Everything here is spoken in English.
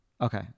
okay